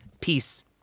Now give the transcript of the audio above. peace